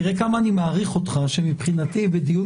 תראה כמה אני מעריך אותך שמבחינתי בדיון